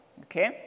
Okay